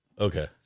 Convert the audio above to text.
Okay